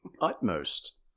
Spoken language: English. utmost